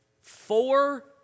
four